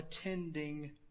attending